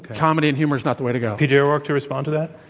comedy and humor is not the way to go. pj o'rourke, to respond to that.